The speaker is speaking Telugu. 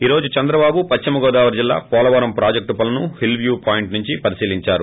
ఈ రోజు చంద్రబాబు పశ్చిమ గోదావరి జిల్లా పోలవరం ప్రాజక్షు పనులను హిల్ వ్యూ పాయింట్ నుంచి పరిశీలించారు